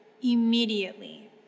immediately